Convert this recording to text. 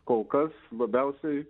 kol kas labiausiai